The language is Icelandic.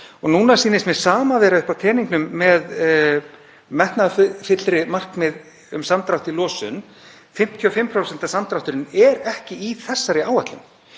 Núna sýnist mér það sama vera uppi á teningnum með metnaðarfyllri markmið um samdrátt í losun. 55% samdrátturinn er ekki í þessari áætlun.